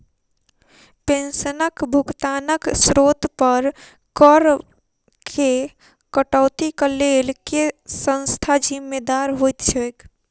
पेंशनक भुगतानक स्त्रोत पर करऽ केँ कटौतीक लेल केँ संस्था जिम्मेदार होइत छैक?